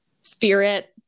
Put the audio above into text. spirit